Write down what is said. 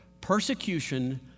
persecution